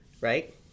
right